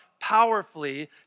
powerfully